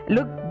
Look